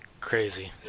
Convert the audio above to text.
crazy